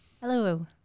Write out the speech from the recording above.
Hello